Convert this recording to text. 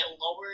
lower